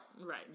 right